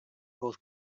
both